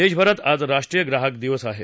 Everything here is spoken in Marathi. देशभरात आज राष्ट्रीय ग्राहक दिवस आहे